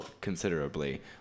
considerably